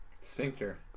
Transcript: sphincter